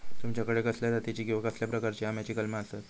तुमच्याकडे कसल्या जातीची किवा कसल्या प्रकाराची आम्याची कलमा आसत?